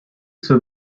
zur